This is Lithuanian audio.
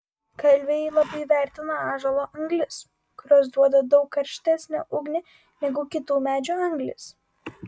kalviai labai vertina ąžuolo anglis kurios duoda daug karštesnę ugnį negu kitų medžių anglys